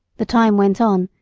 the time went on,